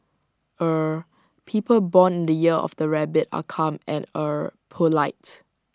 er people born in the year of the rabbit are calm and er polite